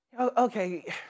okay